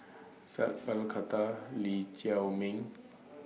Sat Pal Khattar Lee Chiaw Ming